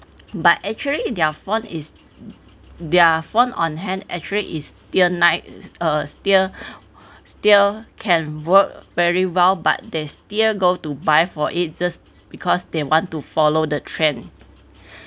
but actually their phone is their phone on hand actually is still nice uh still still can work very well but they still go to buy for it just because they want to follow the trend